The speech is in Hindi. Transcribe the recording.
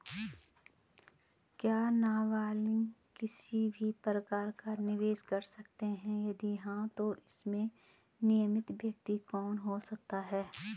क्या नबालिग किसी भी प्रकार का निवेश कर सकते हैं यदि हाँ तो इसमें नामित व्यक्ति कौन हो सकता हैं?